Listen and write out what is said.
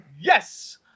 Yes